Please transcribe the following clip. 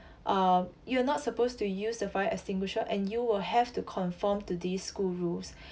uh you are not supposed to use the fire extinguisher and you will have to conform to this school rules